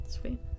Sweet